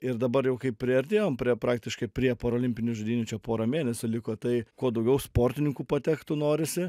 ir dabar jau kai priartėjom prie praktiškai prie paralimpinių žaidynių čia pora mėnesių liko tai kuo daugiau sportininkų patektų norisi